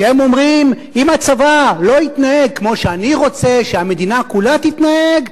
שהם אומרים: אם הצבא לא יתנהג כמו שאני רוצה שהמדינה כולה תתנהג,